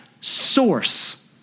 source